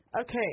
Okay